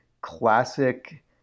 classic